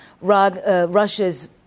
Russia's